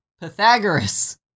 Pythagoras